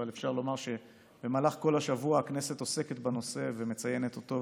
אבל אפשר לומר שבמהלך כל השבוע הכנסת עוסקת בנושא ומציינת אותו.